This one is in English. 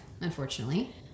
unfortunately